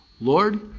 Lord